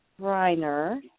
Reiner